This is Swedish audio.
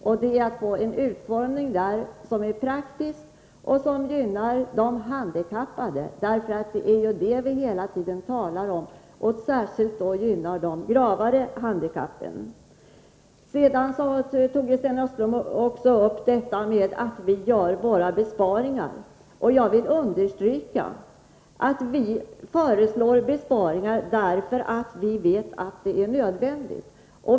Det gäller att få en utformning som är praktisk och som gynnar de handikappade — det är ju detta vi hela tiden talar om — och särskilt gynnar dem med gravare handikapp. Sten Östlund tog också upp detta att vi bara föreslår besparingar. Jag vill understryka att vi föreslår besparingar, därför att vi vet att det är nödvändigt.